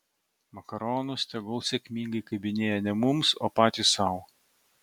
makaronus tegul sėkmingai kabinėja ne mums o patys sau